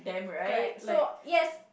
correct so yes